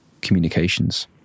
communications